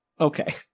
Okay